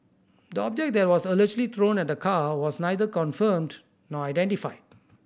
the object that was allegedly thrown at the car was neither confirmed nor identified